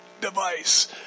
device